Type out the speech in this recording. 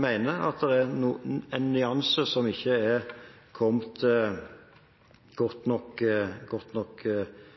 mener at det er en nyanse som ikke er kommet godt nok